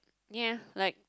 ya like